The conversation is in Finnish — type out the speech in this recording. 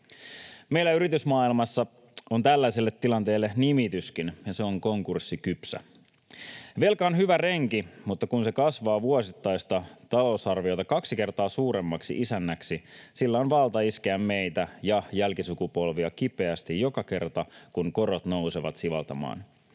Meillä yritysmaailmassa on tällaiselle tilanteelle nimityskin, ja se on konkurssikypsä. Velka on hyvä renki, mutta kun se kasvaa vuosittaista talousarviota kaksi kertaa suuremmaksi isännäksi, sillä on valta iskeä meitä ja jälkisukupolvia kipeästi joka kerta, kun korot nousevat sivaltamaan.